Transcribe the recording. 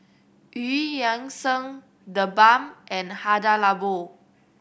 Eu Yan Sang TheBalm and Hada Labo